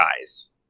guys